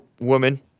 woman